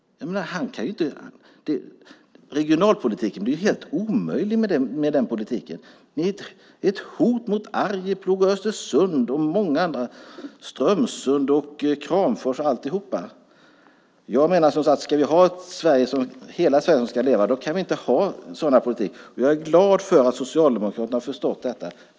Regionalpolitiken blir ju helt omöjlig. Det är ett hot mot Arjeplog, Östersund, Strömsund och Kramfors. Om hela Sverige ska leva kan vi inte ha en sådan politik. Jag är glad att Socialdemokraterna har förstått detta.